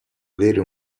avere